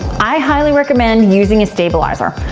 i highly recommend using a stabilizer.